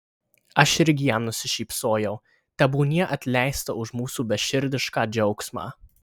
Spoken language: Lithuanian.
aš irgi jam nusišypsojau tebūnie atleista už mūsų beširdišką džiaugsmą